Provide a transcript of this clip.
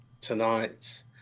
tonight